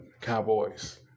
cowboys